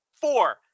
four